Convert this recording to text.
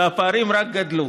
והפערים רק גדלו.